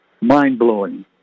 mind-blowing